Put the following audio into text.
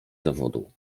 zawodu